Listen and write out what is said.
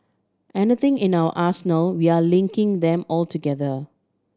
anything in our arsenal we're linking them all together